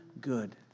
good